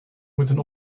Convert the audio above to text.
moeten